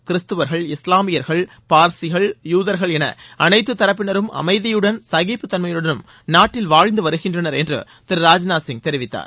கிறிஸ்தவர்கள் இஸ்லாமியர்கள் பார்சிகள் யூதர்கள் என அனைத்து தரப்பினரும் அமைதியுடனும் சகிப்புத்தன்மையுடனும் நாட்டில் வாழ்ந்து வருகின்றனர் என்று திரு ராஜ்நாத் சிங் தெரிவித்தார்